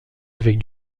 avec